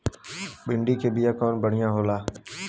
भिंडी के बिया कवन बढ़ियां होला?